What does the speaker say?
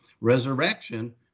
resurrection